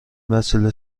وسیله